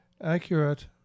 accurate